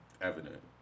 evident